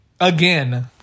Again